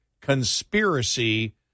conspiracy